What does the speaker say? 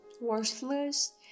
worthless